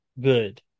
good